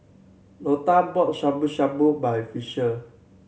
Lotta bought Shabu Shabu by Fisher